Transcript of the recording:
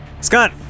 Scott